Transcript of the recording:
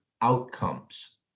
outcomes